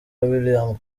william